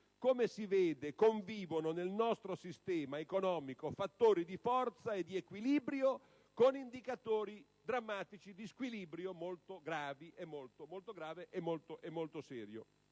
Come si vede, dunque, convivono nel nostro sistema economico fattori di forza e di equilibrio con indicatori drammatici di uno squilibrio molto grave e molto serio.